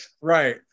Right